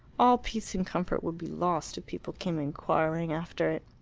all peace and comfort would be lost if people came inquiring after it.